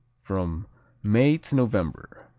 from may to november.